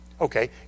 Okay